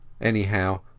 Anyhow